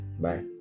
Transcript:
Bye